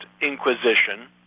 Inquisition